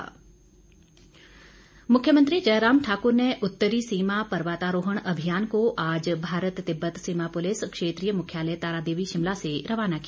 पर्वतारोहण अभियान मुख्यमंत्री जयराम ठाक्र ने उत्तरी सीमा पर्वतारोहण अभियान को आज भारत तिब्बत सीमा पुलिस क्षेत्रीय मुख्यालय तारादेवी शिमला से रवाना किया